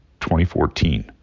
2014